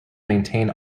maintain